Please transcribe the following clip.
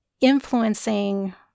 influencing